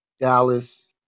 Dallas